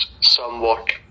somewhat